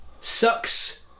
sucks